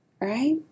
right